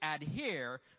adhere